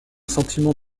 sentiment